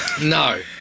No